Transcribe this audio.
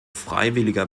freiwilliger